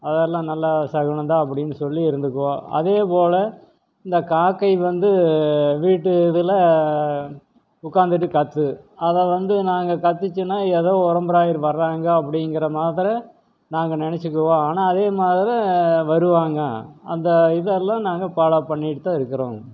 அதெல்லாம் நல்ல சகுனம் தான் அப்படினு சொல்லி இருந்துக்குவோம் அதே போல் இந்த காக்கை வந்து வீட்டு இதில் உக்கார்ந்துட்டு கத்துது அதை வந்து நாங்கள் கத்துச்சுனா ஏதோ ஒரம்பரை வர்றாங்க அப்படிங்கிற மாதிரி நாங்கள் நினைச்சிக்குவோம் ஆனால் அதே மாதிரி வருவாங்க அந்த இதெல்லாம் நாங்கள் ஃபாலோ பண்ணிட்டு தான் இருக்கிறோம்